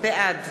בעד